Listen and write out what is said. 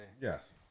yes